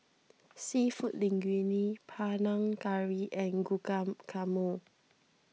Seafood Linguine Panang Curry and Guacamole